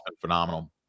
phenomenal